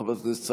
חברת הכנסת סאלח,